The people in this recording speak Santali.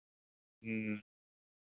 ᱦᱩᱸ